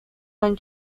when